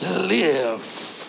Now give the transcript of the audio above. live